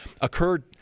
occurred